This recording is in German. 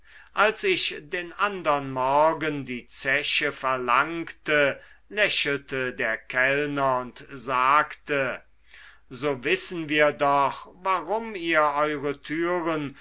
als ich den andern morgen die zeche verlangte lächelte der kellner und sagte so wissen wir doch warum ihr eure türen